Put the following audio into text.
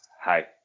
hi